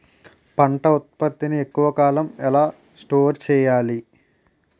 పంట ఉత్పత్తి ని ఎక్కువ కాలం ఎలా స్టోర్ చేయాలి?